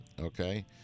okay